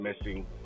missing